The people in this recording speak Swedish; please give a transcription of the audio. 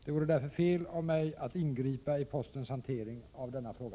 Det vore därför fel av mig att ingripa i postens hantering av denna fråga.